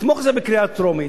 לתמוך בזה בקריאה טרומית.